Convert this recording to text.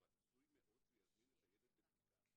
רצוי מאוד שהוא יזמין את הילד לבדיקה.